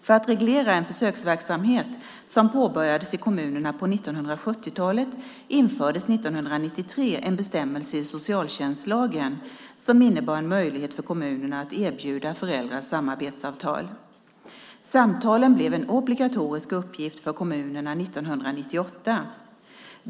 För att reglera en försöksverksamhet som påbörjades i kommunerna på 1970-talet infördes 1993 en bestämmelse i socialtjänstlagen som innebar en möjlighet för kommunerna att erbjuda föräldrar samarbetssamtal. Samtalen blev en obligatorisk uppgift för kommunerna 1998.